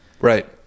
right